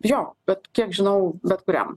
jo bet kiek žinau bet kuriam